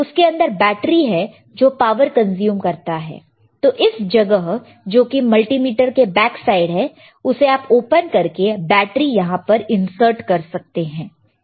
उसके अंदर बैटरी है जो पावर कंज्यूम करता है तो इस जगह जोकि मल्टीमीटर का बैक साइड है उसे आप ओपन करके बैटरी यहां पर इंसर्ट कर सकते हैं